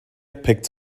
picked